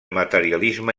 materialisme